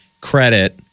credit